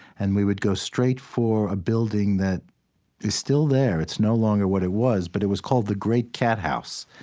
and we would go straight for a building that is still there. it's no longer what it was, but it was called the great cat house.